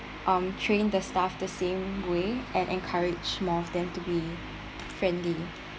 um train the staff the same way and encourage more of them to be friendly